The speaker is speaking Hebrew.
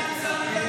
התשפ"ג 2023,